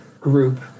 group